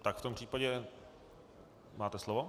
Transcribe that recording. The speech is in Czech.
Tak v tom případě máte slovo.